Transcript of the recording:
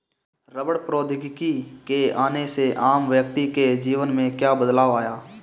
रबड़ प्रौद्योगिकी के आने से आम व्यक्ति के जीवन में क्या बदलाव आया?